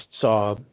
saw